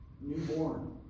newborn